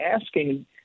asking